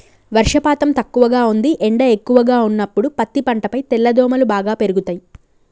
వర్షపాతం తక్కువగా ఉంది ఎండ ఎక్కువగా ఉన్నప్పుడు పత్తి పంటపై తెల్లదోమలు బాగా పెరుగుతయి